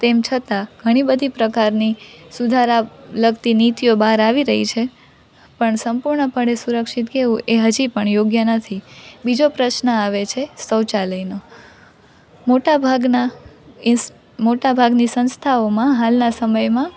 તેમ છતાં ઘણી બધી પ્રકારની સુધારા લગતી નીતિઓ બહાર આવી રહી છે પણ સંપૂર્ણપણે સુરક્ષિત કહેવું એ હજી પણ યોગ્ય નથી બીજો પ્રશ્ન આવે છે શૌચાલયનો મોટાભાગના મોટાભાગની સંસ્થાઓમાં હાલના સમયમાં